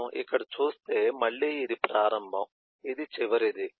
మనం ఇక్కడ చూస్తే మళ్ళీ ఇది ప్రారంబం ఇది చివరిది